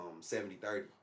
70-30